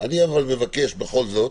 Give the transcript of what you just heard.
אני מבקש בכל זאת